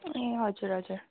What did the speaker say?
ए हजुर हजुर